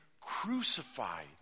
crucified